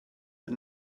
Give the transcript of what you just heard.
the